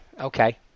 okay